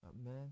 Man